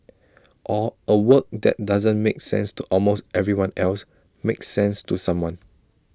or A work that doesn't make sense to almost everyone else makes sense to someone